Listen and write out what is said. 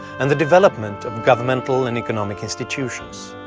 and the development of governmental and economic institutions.